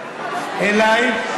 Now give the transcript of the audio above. אליי,